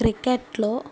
క్రికెట్లో